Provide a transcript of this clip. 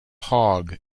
hog